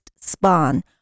spawn